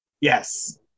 Yes